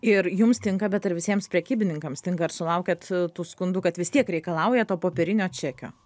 ir jums tinka bet ar visiems prekybininkams tinka ir sulaukiat tų skundų kad vis tiek reikalauja to popierinio čekio